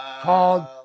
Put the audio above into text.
called